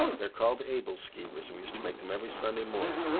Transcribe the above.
they're called ebelskivers, and we used to make them every sunda morning,